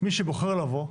מי שבוחר לבוא,